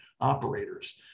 operators